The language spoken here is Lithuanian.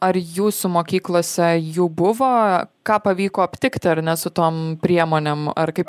ar jūsų mokyklose jų buvo ką pavyko aptikti ar ne su tom priemonėm ar kaip